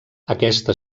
aquesta